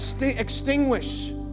extinguish